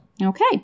Okay